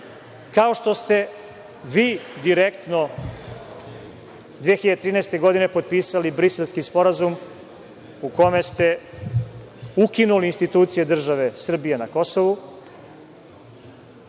kao što ste vi direktno 2013. godine potpisali Briselski sporazum u kome ste ukinuli institucije države Srbije na Kosovu,